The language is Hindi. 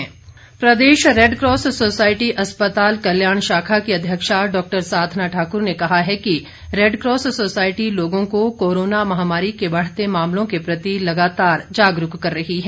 साधना ठाकुर प्रदेश रेडक्रॉस सोसाइटी अस्पताल कल्याण शाखा की अध्यक्षा डॉक्टर साधना ठाकुर ने कहा है कि रेडक्रॉस सोसाइटी लोगों को कोरोना महामारी के बढ़ते मामलों के प्रति लगातार जागरूक कर रही है